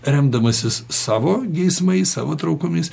remdamasis savo geismais savo trūkumais